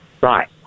Right